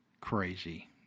Crazy